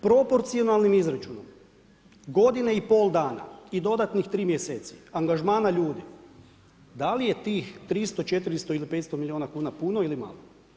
Proporcionalnim izračunom, godinu i pol dana i dodanih 3 mj. angažmana ljudi, da li je tih 300, 400 ili 500 milijuna kn puno ili malo?